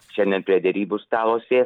šiandien prie derybų stalo sės